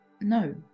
no